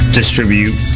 distribute